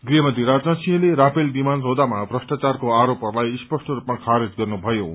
गृहमन्त्री राजनाथ सिंहले राफेल विमान सौदामा भ्रष्टाचारको आरोपहरूलाई स्पष्ट रूपमा खारेज गर्नुभएको छ